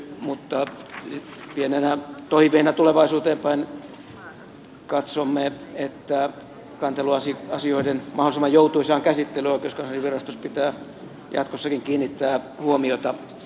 mutta pienenä toiveena tulevaisuuteen päin katsomme että kanteluasioiden mahdollisimman joutuisaan käsittelyyn oikeuskanslerinvirastossa pitää jatkossakin kiinnittää huomiota